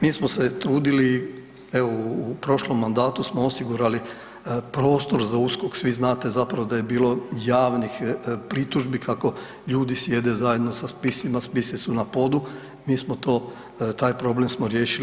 Mi smo se trudili evo u prošlom mandatu smo osigurali prostor za USKOK, svi znate zapravo da je bilo javnih pritužbi kako ljudi sjede zajedno sa spisima, spisi su na podu, mi smo to, taj problem smo riješili.